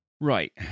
Right